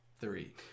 three